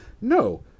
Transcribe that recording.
No